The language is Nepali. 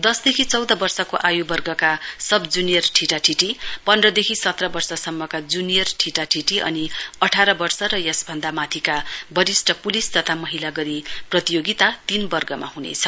दस देखि चौध वर्षको आयुवर्गका सब जुनियर ठिटा ठिटी पन्ध्रदेखि सत्र वर्ष सम्मका जुनियर ठिटा र ठिटी अनि अठार वर्ष र यसभन्दा माथिका वरिष्ट पुलिस तथा महिला प्रतियोगिता तीन वर्गमा हनेछ